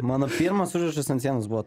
mano pirmas užrašas ant sienos buvo